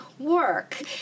Work